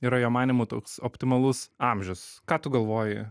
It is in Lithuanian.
yra jo manymu toks optimalus amžius ką tu galvoji